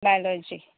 biology